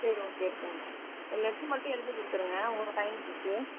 சரி ஓகே எடுத்துக்கங்க ஒரு லெட்ரு மட்டும் எழுதிக் கொடுத்துருங்க உங்கள் சைன் போட்டு